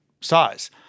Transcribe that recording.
size